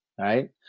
Right